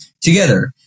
together